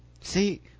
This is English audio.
See